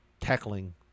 tackling